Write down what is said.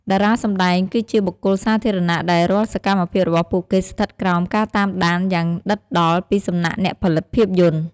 តារាសម្ដែង គឺជាបុគ្គលសាធារណៈដែលរាល់សកម្មភាពរបស់ពួកគេស្ថិតក្រោមការតាមដានយ៉ាងដិតដល់ពីសំណាក់អ្នកផលិតភាពយន្ត។